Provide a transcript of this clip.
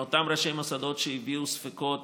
מאותם ראשי מוסדות שהביעו ספקות